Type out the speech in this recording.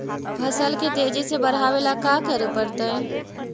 फसल के तेजी से बढ़ावेला का करे पड़तई?